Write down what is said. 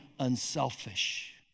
unselfish